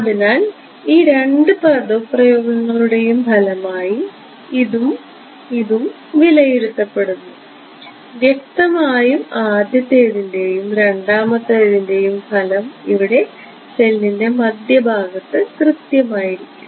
അതിനാൽ ഈ രണ്ട് പദപ്രയോഗങ്ങളുടെയും ഫലമായി ഇതും ഇതും വിലയിരുത്തപ്പെടുന്നു വ്യക്തമായും ആദ്യത്തേതിൻറെയും രണ്ടാമത്തേതിൻറെയും ഫലം ഇവിടെ സെല്ലിന്റെ മധ്യഭാഗത്ത് കൃത്യമായിരിക്കും